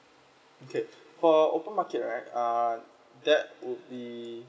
okay for open market right err that would be